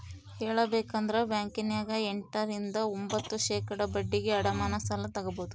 ಹೇಳಬೇಕಂದ್ರ ಬ್ಯಾಂಕಿನ್ಯಗ ಎಂಟ ರಿಂದ ಒಂಭತ್ತು ಶೇಖಡಾ ಬಡ್ಡಿಗೆ ಅಡಮಾನ ಸಾಲ ತಗಬೊದು